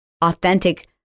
authentic